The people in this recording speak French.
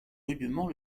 rudement